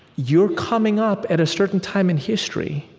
you're coming up at a certain time in history,